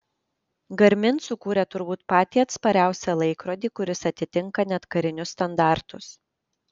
garmin sukūrė turbūt patį atspariausią laikrodį kuris atitinka net karinius standartus